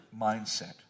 mindset